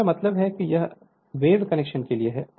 तो मेरा मतलब है कि यह वेव कनेक्शन के लिए है